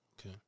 Okay